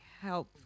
help